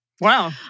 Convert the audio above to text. Wow